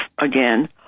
again